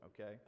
okay